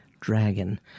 Dragon